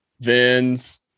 vins